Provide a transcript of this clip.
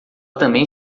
também